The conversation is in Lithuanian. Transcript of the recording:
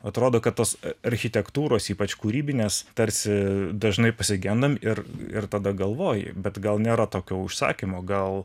atrodo kad tos architektūros ypač kūrybinės tarsi dažnai pasigendam ir ir tada galvoji bet gal nėra tokio užsakymo gal